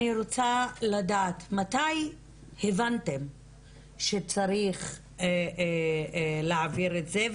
אני רוצה לדעת מתי הבנתם שצריך להעביר את זה,